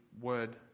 word